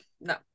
No